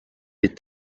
les